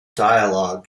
dialog